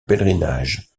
pèlerinage